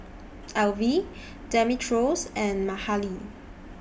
Elfie Demetrios and Mahalie